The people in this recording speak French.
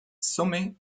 sommets